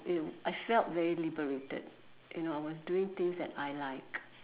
it I felt very liberated you know I was doing things that I liked